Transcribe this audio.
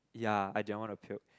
ya I did want to puke